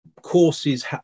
courses